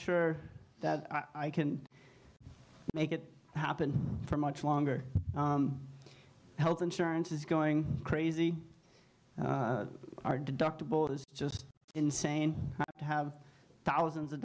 sure that i can make it happen for much longer health insurance is going crazy our deductible is just insane i have thousands of